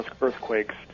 earthquakes